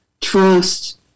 trust